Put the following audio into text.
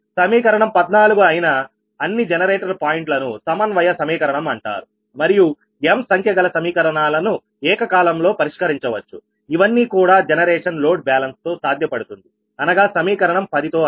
సమీకరణం 14 అయిన అన్ని జనరేటర్ల పాయింట్లను సమన్వయ సమీకరణం అంటారు మరియు m సంఖ్యగల సమీకరణాలను ఏకకాలంలో పరిష్కరించవచ్చు ఇవన్నీ కూడా జనరేషన్ లోడ్ బ్యాలెన్స్ తో సాధ్యపడుతుంది అనగా సమీకరణం 10 తో అని